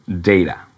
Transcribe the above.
data